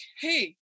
hey